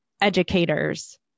educators